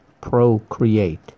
procreate